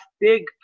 big